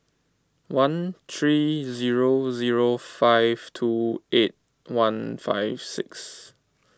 one three zero zero five two eight one five six